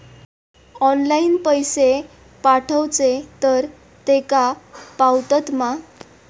Online पैसे पाठवचे तर तेका पावतत मा?